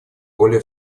более